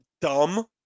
dumb